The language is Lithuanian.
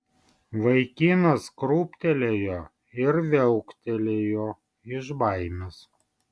vaikinas krūptelėjo ir viauktelėjo iš baimės